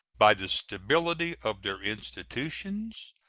by the stability of their institutions,